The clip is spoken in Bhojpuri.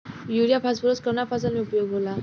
युरिया फास्फोरस कवना फ़सल में उपयोग होला?